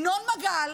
ינון מגל,